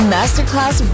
Masterclass